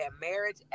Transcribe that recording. marriage